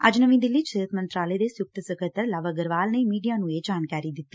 ਅੱਜ ਨਵੀਂ ਦਿੱਲੀ ਚ ਸਿਹਤ ਮੰਤਰਾਲੇ ਦੇ ਸੰਯੁਕਤ ਸਕੱਤਰ ਲਵ ਅਗਰਵਾਲ ਨੇ ਮੀਡੀਆ ਨੂੰ ਇਹ ਜਾਣਕਾਰੀ ਦਿੱਤੀ